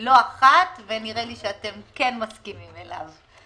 לא אחת, ונראה לי שאתם כן מסכימים אליו.